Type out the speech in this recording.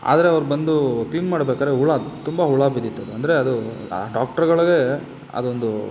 ಆದರೆ ಅವ್ರು ಬಂದು ಕ್ಲೀನ್ ಮಾಡ್ಬೇಕಾದ್ರೆ ಹುಳ ತುಂಬ ಹುಳು ಬಿದ್ದಿತ್ತು ಅದು ಅಂದರೆ ಅದು ಆ ಡಾಕ್ಟ್ರಗಳಿಗೇ ಅದೊಂದು